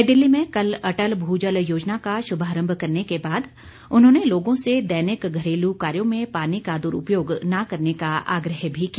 नई दिल्ली में कल अटल भूजल योजना का शुभारंभ करने के बाद उन्होंने लोगों से दैनिक घरेलू कार्यों में पानी का दुरूपयोग न करने का आग्रह भी किया